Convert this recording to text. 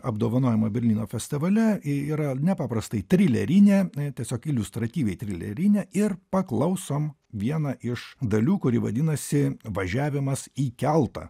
apdovanojimą berlyno festivale yra nepaprastai trilerinė tiesiog iliustratyviai trilerinė ir paklausom vieną iš dalių kuri vadinasi važiavimas į keltą